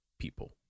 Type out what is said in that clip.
people